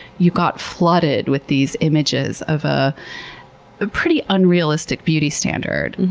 you got flooded with these images of ah a pretty unrealistic beauty standard,